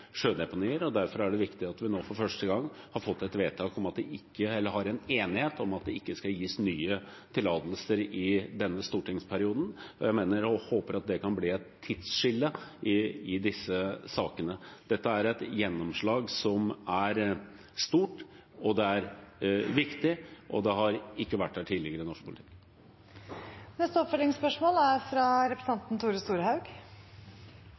sjødeponier, og derfor er det viktig at vi nå, for første gang, har fått en enighet om at det ikke skal gis nye tillatelser i denne stortingsperioden. Jeg håper at det kan bli et tidsskille i disse sakene. Dette er et gjennomslag som er stort og viktig, og det har ikke vært der tidligere i norsk politikk. Tore Storehaug – til oppfølgingsspørsmål. Klima- og miljødepartementet har starta arbeidet med eit marint verneområde i Dalsfjorden. Grunngjevinga for det er